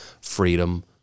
freedom